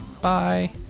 Bye